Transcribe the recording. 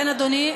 כן, אדוני.